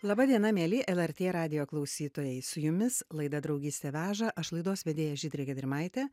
laba diena mieli lrt radijo klausytojai su jumis laida draugystė veža aš laidos vedėja žydrė gedrimaitė